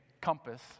compass